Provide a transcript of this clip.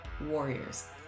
warriors